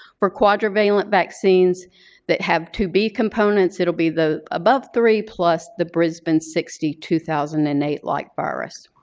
for quadrivalent vaccines that have two b components it will be the above three plus the brisbane sixty two thousand and eight like virus.